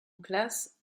classe